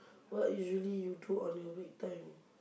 what usually you do on your break time